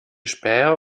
späher